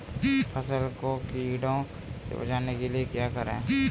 फसल को कीड़ों से बचाने के लिए क्या करें?